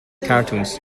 cartoons